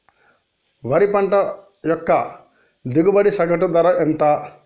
వరి పంట యొక్క దిగుబడి సగటు ధర ఎంత?